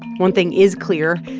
one thing is clear.